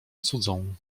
cudzą